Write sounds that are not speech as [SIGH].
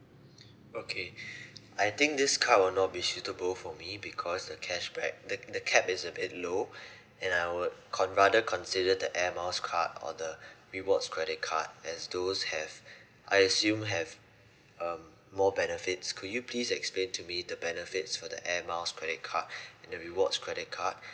okay [BREATH] I think this card will not be suitable for me because the cashback the the cap is a bit low and I would con~ rather consider the air miles card or the rewards credit card as those have I assume have um more benefits could you please explain to me the benefits for the air miles credit card and the rewards credit card